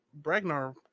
Bragnar